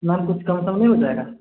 ma'am कुछ कम सम नहीं हो जाएगा